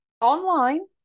online